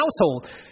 household